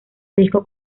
disco